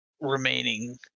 remaining